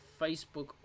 Facebook